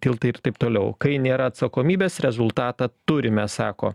tiltai ir taip toliau kai nėra atsakomybės rezultatą turime sako